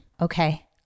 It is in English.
Okay